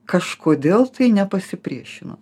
kažkodėl tai nepasipriešino